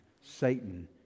Satan